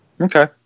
Okay